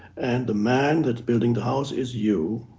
and the man that's building the house is you.